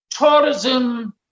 Tourism